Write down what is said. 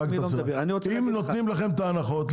אם נותנים לכם את ההנחות,